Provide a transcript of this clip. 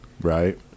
Right